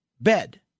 bed